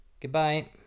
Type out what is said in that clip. Goodbye